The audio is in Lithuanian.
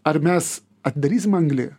ar mes atidarysim anglį